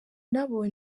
nabo